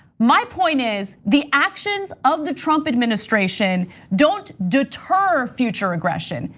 my point is the actions of the trump administration don't deter future aggression,